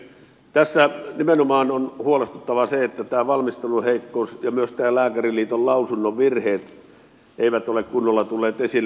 tässä nimenomaan on huolestuttavaa se että valmistelun heikkous ja myös lääkäriliiton lausunnon virheet eivät ole kunnolla tulleet esille